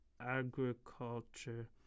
agriculture